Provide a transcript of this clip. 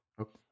Okay